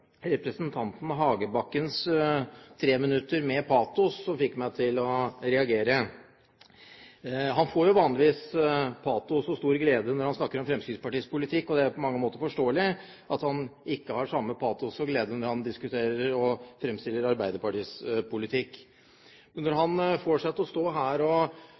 representanten Hagebakkens tre minutter med patos som fikk meg til å reagere. Han snakker vanligvis med patos og stor glede om Fremskrittspartiets politikk, og det er på mange måter forståelig at han ikke har samme patos og glede når han diskuterer og fremstiller Arbeiderpartiets politikk. Men når han får seg til å stå her og